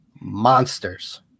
monsters